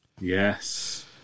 Yes